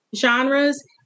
genres